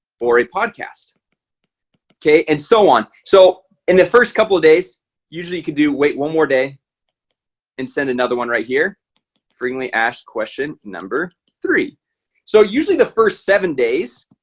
or a podcast okay, and so on so in the first couple of days usually you could do wait one more day and send another one right here freely asked question three so usually the first seven days